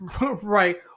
right